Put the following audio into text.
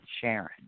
Sharon